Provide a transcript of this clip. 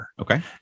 okay